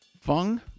Fung